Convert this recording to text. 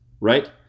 right